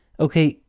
okay,